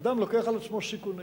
אדם לוקח על עצמו סיכונים.